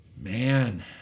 Man